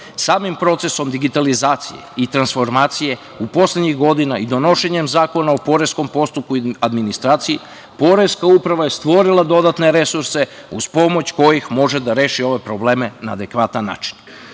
Samim procesom digitalizacije i transformacije poslednjih godina i donošenja Zakona o poreskom postupku i administraciji Poreska uprava je stvorila dodatne resurse uz pomoć kojih može da reši ove probleme na adekvatan način. Drugo